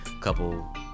couple